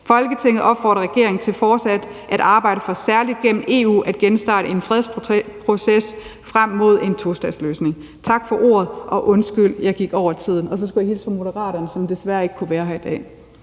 Folketinget opfordrer regeringen til fortsat at arbejde for, særligt gennem EU, at få genstartet en fredsproces frem mod en tostatsløsning.« (Forslag til vedtagelse nr. V 90) Tak for ordet, og undskyld, at jeg gik over tiden. Jeg skal også hilse fra Moderaterne, som desværre ikke kunne være her i dag.